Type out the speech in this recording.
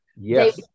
yes